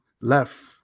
left